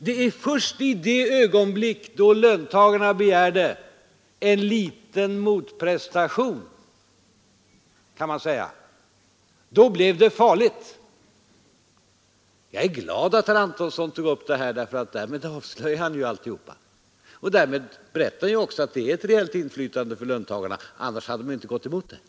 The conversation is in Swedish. Det är först i det ögonblick då löntagarna begärde en liten motprestation som det blev farligt. Jag är glad att herr Antonsson tog upp det här. Därmed avslöjade han alltihop och berättade att det är ett rejält inflytande för löntagarna. Annars hade man inte gått emot förslaget.